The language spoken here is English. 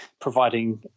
providing